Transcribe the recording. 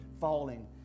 falling